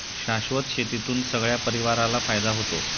शाश्वत शेतीतून सगळ्या परिवाराला फायदा होतो